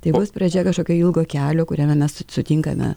tai bus pradžia kažkokio ilgo kelio kuriame mes sutinkame